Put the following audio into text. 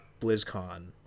BlizzCon